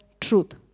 truth